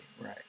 Right